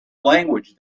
language